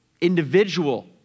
individual